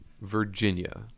Virginia